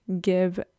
give